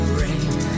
rain